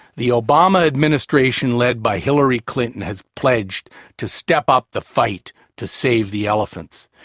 the obama administration led by hillary clinton has pledged to step-up the fight to save the elephants.